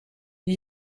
die